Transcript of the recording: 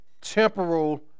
temporal